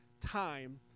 time